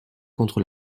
contre